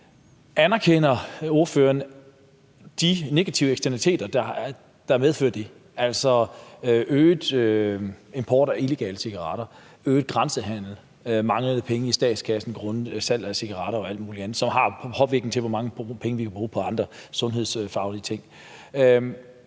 Anerkender ordføreren de negative eksternaliteter, som det medfører, altså øget import af illegale cigaretter, øget grænsehandel, manglende penge i statskassen grundet mindre salg af cigaretter og alt muligt andet, som har en påvirkning på, hvor mange penge vi kan bruge på andre sundhedsfaglige ting?